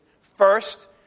First